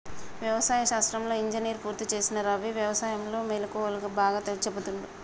వ్యవసాయ శాస్త్రంలో ఇంజనీర్ పూర్తి చేసిన రవి వ్యసాయం లో మెళుకువలు బాగా చెపుతుండు